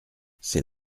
c’est